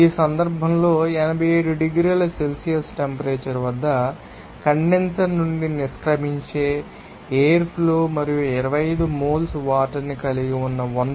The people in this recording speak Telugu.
ఈ సందర్భంలో 87 డిగ్రీల సెల్సియస్ టెంపరేచర్ వద్ద కండెన్సర్ నుండి నిష్క్రమించే ఎయిర్ ఫ్లో మరియు 25 మోల్స్ వాటర్ ని కలిగి ఉన్న 1